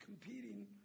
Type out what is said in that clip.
competing